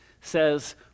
says